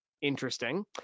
interesting